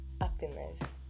happiness